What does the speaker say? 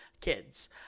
kids